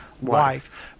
wife